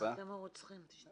אתם הרוצחים, תשתוק.